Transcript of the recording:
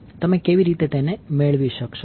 તમે કેવી રીતે તેને મેળવશો